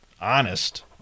honest